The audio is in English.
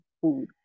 food